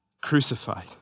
crucified